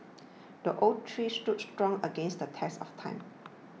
the oak tree stood strong against the test of time